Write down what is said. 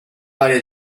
varia